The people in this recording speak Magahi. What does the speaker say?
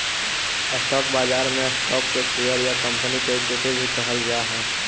स्टॉक बाजार में स्टॉक के शेयर या कंपनी के इक्विटी भी कहल जा हइ